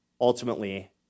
ultimately